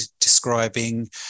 describing